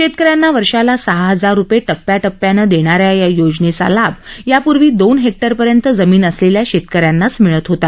शेतकऱ्यांना वर्षाला सहा हजार रुपये टप्प्याटप्प्यानं देणाऱ्या या योजनेचा लाभ यापूर्वी दोन हेक्टरपर्यंत जमीन असलेल्या शेतकऱ्यांनाच मिळत होता